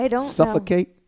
suffocate